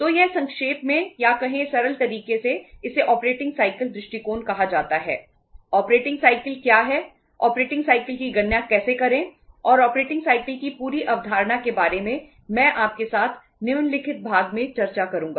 तो यह संक्षेप में या कहें सरल तरीके से इसे ऑपरेटिंग साइकिल की पूरी अवधारणा के बारे में मैं आपके साथ निम्नलिखित भाग में चर्चा करूंगा